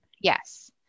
Yes